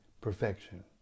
perfection